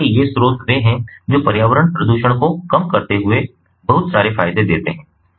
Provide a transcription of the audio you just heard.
ऊर्जा के ये स्रोत वे हैं जो पर्यावरण प्रदूषण को कम करते हुए बहुत सारे फायदे देते हैं